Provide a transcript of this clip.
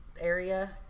area